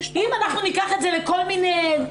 אם ניקח את זה לכל מיני,